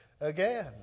again